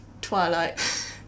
Twilight